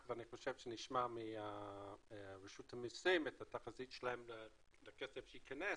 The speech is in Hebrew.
אני חושב שנשמע מרשות המיסים את התחזית שלהם לכסף שייכנס,